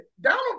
Donald